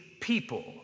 people